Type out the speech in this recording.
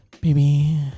baby